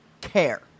care